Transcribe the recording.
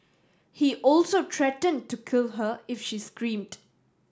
he also threatened to kill her if she screamed